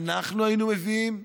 אנחנו היינו מביאים,